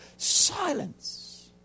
Silence